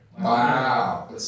Wow